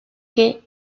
que